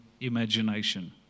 imagination